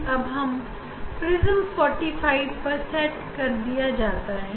तो अब prism 45 degree पर सेट कर दिया जाता है